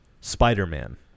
Spider-Man